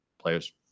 players